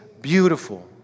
beautiful